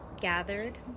gathered